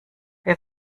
wer